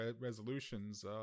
resolutions